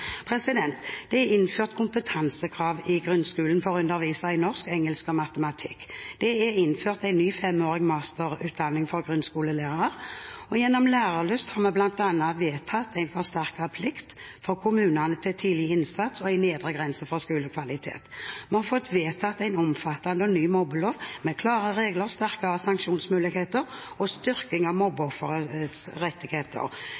Det er innført kompetansekrav i grunnskolen for å undervise i norsk, engelsk og matematikk. Det er innført en ny femårig masterutdanning for grunnskolelærere. Gjennom stortingsmeldingen Lærelyst har vi bl.a. vedtatt en forsterket plikt for kommunene til tidlig innsats og en nedre grense for skolekvalitet. Vi har fått vedtatt en omfattende ny mobbelov, med klare regler, sterkere sanksjonsmuligheter og styrking av